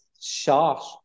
shot